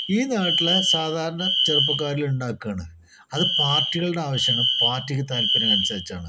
ഈ നാട്ടിലെ സാധാരണ ചെറുപ്പക്കാരിൽ ഉണ്ടാക്കുകയാണ് അത് പാർട്ടികളുടെ ആവശ്യമാണ് പാർട്ടിക്ക് താൽപ്പര്യം അനുസരിച്ചാണ്